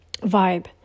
vibe